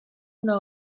know